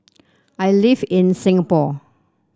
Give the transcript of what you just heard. I live in Singapore